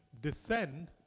Descend